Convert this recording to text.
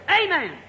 Amen